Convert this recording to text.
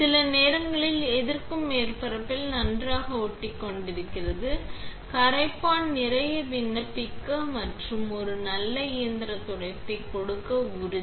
சில நேரங்களில் எதிர்க்கும் மேற்பரப்பில் நன்றாக ஒட்டிக்கொண்டிருக்கிறது கரைப்பான் நிறைய விண்ணப்பிக்க மற்றும் ஒரு நல்ல இயந்திர துடைப்பை கொடுக்க உறுதி